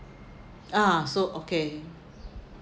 ah so okay